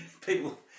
people